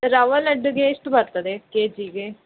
ರವೆ ಲಡ್ಡುಗೆ ಎಷ್ಟು ಬರ್ತದೆ ಕೆ ಜಿಗೆ